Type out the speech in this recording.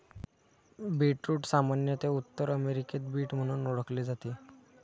beetroot सामान्यत उत्तर अमेरिकेत बीट म्हणून ओळखले जाते